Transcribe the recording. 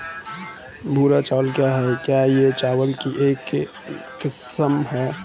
भूरा चावल क्या है? क्या यह चावल की एक किस्म है?